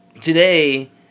Today